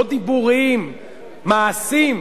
לא דיבורים, מעשים.